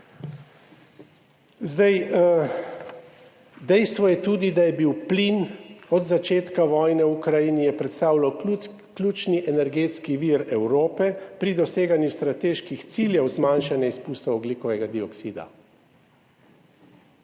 Dejstvo je tudi, da je plin od začetka vojne v Ukrajini predstavljal ključni energetski vir Evrope pri doseganju strateških ciljev zmanjšanja izpustov ogljikovega dioksida.